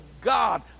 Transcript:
God